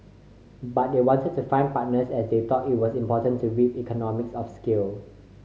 but they wanted to find partners as they thought it was important to reap economies of scale